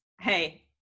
Hey